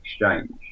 exchange